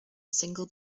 single